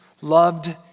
loved